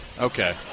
Okay